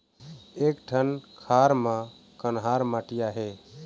एक ठन खार म कन्हार माटी आहे?